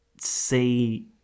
see